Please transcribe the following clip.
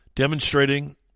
Demonstrating